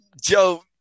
Joe